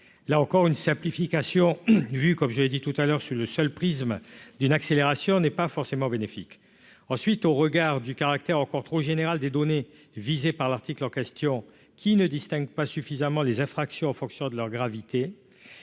là encore, une simplification vu comme j'ai dit tout à l'heure sur le seul prisme d'une accélération n'est pas forcément bénéfique ensuite au regard du caractère encore trop générale des données visées par l'article en question qui ne distingue pas suffisamment les infractions en fonction de leur gravité,